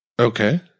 Okay